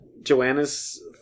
Joanna's